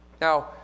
Now